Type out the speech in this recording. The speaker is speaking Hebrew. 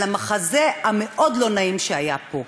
על המחזה המאוד-לא-נעים שהיה פה.